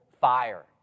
fire